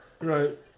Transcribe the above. Right